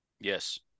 yes